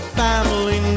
family